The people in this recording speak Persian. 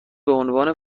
بعنوان